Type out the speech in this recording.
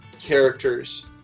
characters